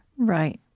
right,